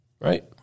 Right